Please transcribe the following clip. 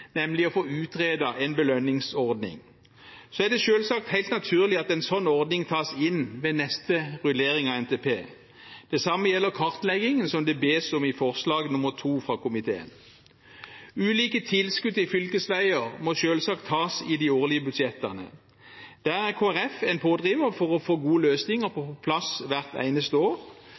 nemlig å få utredet en belønningsordning. Så er det selvsagt helt naturlig at en sånn ordning tas inn ved neste rullering av NTP. Det samme gjelder kartleggingen, som det bes om i forslag nr. 2 fra komiteen. Ulike tilskudd til fylkesveier må selvsagt tas i de årlige budsjettene. Der er Kristelig Folkeparti en pådriver for å få gode løsninger på plass hvert eneste år.